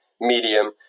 medium